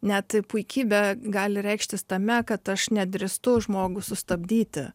net puikybė gali reikštis tame kad aš nedrįstu žmogų sustabdyti